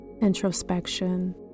introspection